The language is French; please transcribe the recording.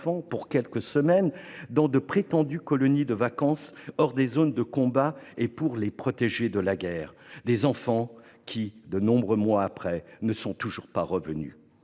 pour quelques semaines dans de prétendues colonies de vacances hors des zones de combat afin, soi-disant, de les « protéger » de la guerre. Des enfants qui, de nombreux mois plus tard, ne sont toujours pas revenus